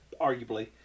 arguably